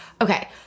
Okay